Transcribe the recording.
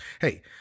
Hey